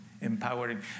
Empowering